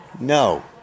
No